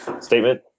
statement